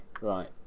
Right